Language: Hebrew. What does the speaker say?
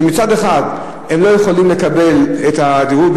מצד אחד הם לא יכולים לקבל את הדירוג,